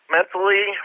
Mentally